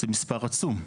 זה מספר עצום.